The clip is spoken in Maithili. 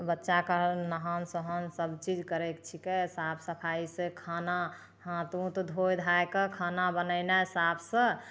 बच्चाके नहान सोहान सबचीज करय छिकै साफ सफाइसँ खाना हाथ उथ धोइ धाइके खाना बनेनाइ साफसँ